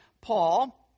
Paul